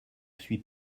suis